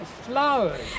Flowers